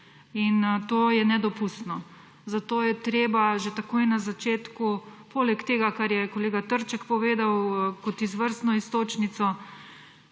In to je nedopustno. Zato je treba že takoj na začetku, poleg tega kar je kolega Trček povedal, kot izvrstno iztočnico,